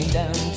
down